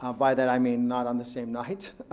um by that, i mean not on the same night,